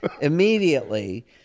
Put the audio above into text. immediately